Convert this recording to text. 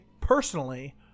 personally